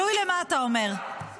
אני